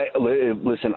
Listen